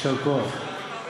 יישר כוח.